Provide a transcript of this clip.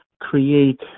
create